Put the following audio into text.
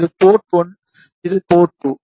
இது போர்ட் 1 இது போர்ட் 2